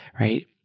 right